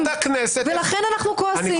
ולכן אנחנו כועסים.